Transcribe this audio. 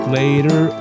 later